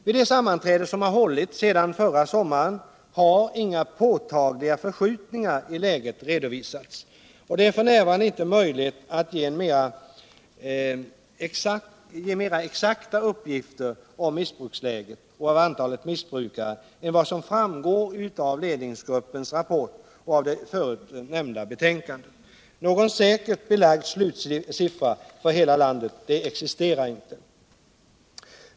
Vid de sammanträden som hållits sedan förra sommaren har inga påtagliga förskjutningar i läget redovisats. Detär f. n. inte möjligt att ge mera exakta uppgifter om missbruksläget och om antalet missbrukare än vad som framgår av ledningsgruppens rapport och av det förut nämnda betänkandet. Någon säkert belagd slutsiffra för hela landet existerar inte.